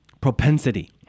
propensity